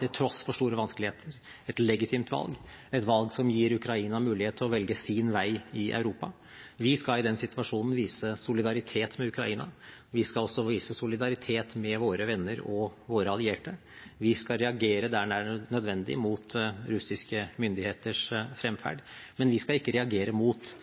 til tross for store vanskeligheter alle tegn på å være et legitimt valg, et valg som gir Ukraina mulighet til å velge sin vei i Europa. Vi skal i den situasjonen vise solidaritet med Ukraina. Vi skal også vise solidaritet med våre venner og våre allierte. Vi skal reagere der det er nødvendig, mot russiske myndigheters fremferd, men vi skal ikke reagere mot